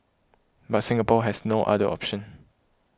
but Singapore has no other option